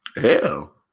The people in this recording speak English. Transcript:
hell